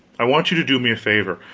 i want you to do me a favor.